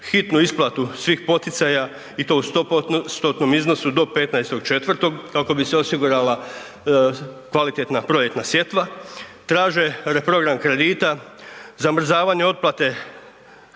hitnu isplatu svih poticaja i to u 100%-tom iznosu do 15.4. kako bi se osigurala kvalitetna proljetna sjetva. Traže reprogram kredita, zamrzavanje otplate